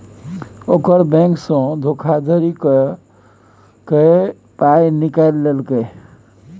ओकर बैंकसँ धोखाधड़ी क कए पाय निकालि लेलकै